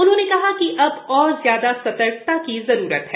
उन्होंने कहा कि अब और ज्यादा सतर्कता की जरूरत है